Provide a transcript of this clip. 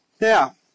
Now